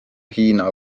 hiina